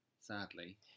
sadly